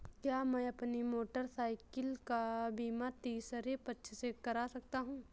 क्या मैं अपनी मोटरसाइकिल का बीमा तीसरे पक्ष से करा सकता हूँ?